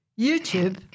YouTube